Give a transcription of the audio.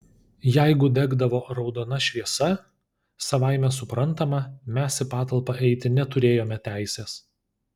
jeigu degdavo raudona šviesa savaime suprantama mes į patalpą eiti neturėjome teisės